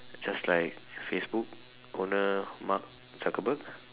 just like Facebook owner Mark-Zuckerberg